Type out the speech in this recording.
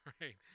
right